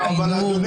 פרופסור